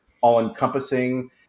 all-encompassing